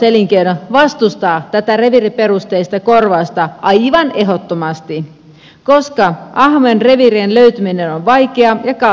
porotalouselinkeino vastustaa tätä reviiriperusteista korvausta aivan ehdottomasti koska ahmojen reviirien löytyminen on vaikeaa ja kallista